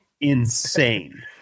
Insane